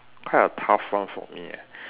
quite a tough one for me eh